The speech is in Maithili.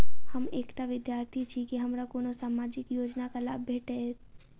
हम एकटा विद्यार्थी छी, की हमरा कोनो सामाजिक योजनाक लाभ भेटतय?